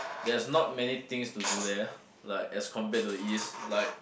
there's not many things to do there like as compared to the east like